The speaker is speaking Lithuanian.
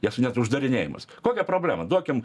jos net uždarinėjamos kokia problema duokim